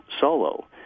solo